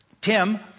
Tim